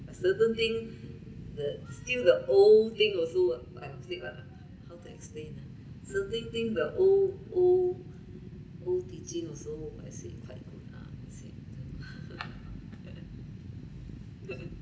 certain thing the still the old thing also like I said lah how to explain ah something thing the old old old teaching also I say quite good I say